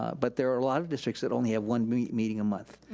but there are a lot of districts that only have one meeting meeting a month.